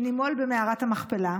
והוא